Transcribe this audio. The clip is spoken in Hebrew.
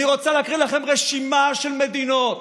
אני רוצה להקריא לכם רשימה של מדינות